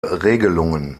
regelungen